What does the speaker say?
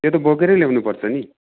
त्यो त बोकेरै ल्याउनु पर्छ नि